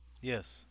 yes